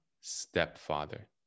stepfather